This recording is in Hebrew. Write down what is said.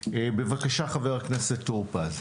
בבקשה, חבר הכנסת טור פז.